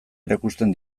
erakusten